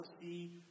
see